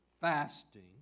fasting